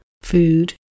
food